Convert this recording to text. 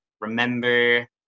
remember